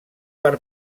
per